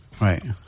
Right